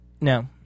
no